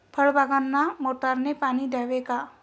फळबागांना मोटारने पाणी द्यावे का?